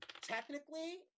technically